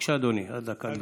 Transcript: בבקשה, אדוני, עד דקה לרשותך.